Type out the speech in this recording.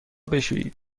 بشویید